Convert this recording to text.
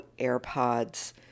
AirPods